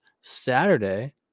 Saturday